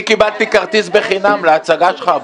אני קיבלתי כרטיס חינם להצגה שלך הבוקר.